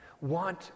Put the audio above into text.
Want